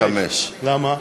רק חמש, למה?